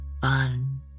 fun